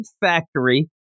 factory